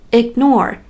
ignore